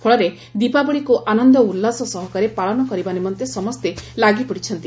ଫଳରେ ଦୀପାବଳିକୁ ଆନନ୍ଦ ଓ ଉଲ୍ଲାସ ସହକାରେ ପାଳନ କରିବା ନିମନ୍ତେ ସମସ୍ତେ ଲାଗି ପଡ଼ିଛନ୍ତି